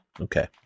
Okay